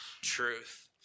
truth